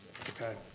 Okay